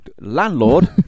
Landlord